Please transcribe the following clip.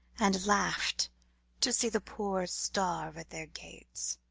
and laugh'd to see the poor starve at their gates